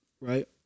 Right